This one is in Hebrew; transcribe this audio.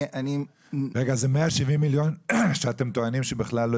זה 170 מיליון שאתם טוענים שבכלל לא